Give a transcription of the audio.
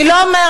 אני לא אומרת,